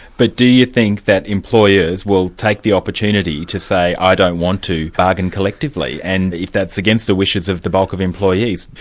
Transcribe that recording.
but do you think that employers will take the opportunity to say i don't want to bargain collectively, and if that's against the wishes of the bulk of employees,